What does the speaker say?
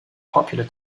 popular